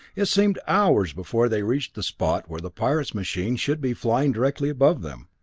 it seemed hours before they reached the spot where the pirate's machine should be flying directly above them,